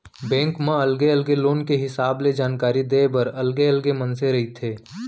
bank म अलगे अलगे लोन के हिसाब ले जानकारी देय बर अलगे अलगे मनसे रहिथे